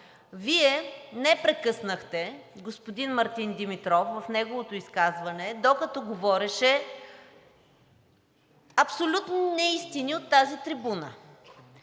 Вие не прекъснахте господин Мартин Димитров в неговото изказване, докато говореше абсолютни неистини от тази трибуна.